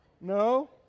No